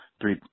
three